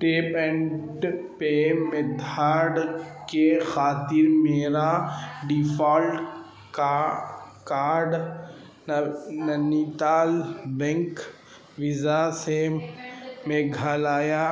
tape and pay method کے خاطر میرا ڈیفالٹ کا card Nainital bank Visa سے میگھالیہ